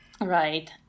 Right